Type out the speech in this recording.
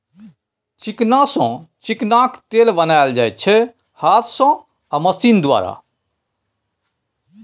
चिकना सँ चिकनाक तेल बनाएल जाइ छै हाथ सँ आ मशीन द्वारा